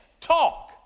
talk